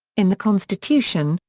in the constitution,